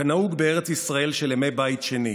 כנהוג בארץ ישראל של ימי בית שני,